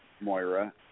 Moira